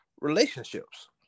relationships